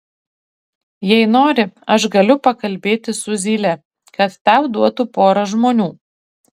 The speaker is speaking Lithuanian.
jei nori aš galiu pakalbėti su zyle kad tau duotų porą žmonių